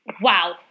wow